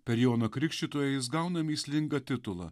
per joną krikštytoją jis gauna mįslingą titulą